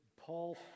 Paul